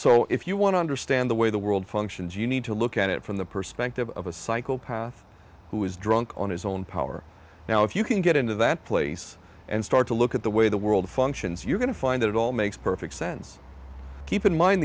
so if you want to understand the way the world functions you need to look at it from the perspective of a psychopath who is drunk on his own power now if you can get into that place and start to look at the way the world functions you're going to find that it all makes perfect sense keep in mind